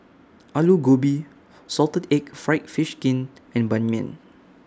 Aloo Gobi Salted Egg Fried Fish Skin and Ban Mian